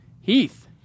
Heath